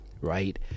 right